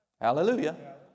Hallelujah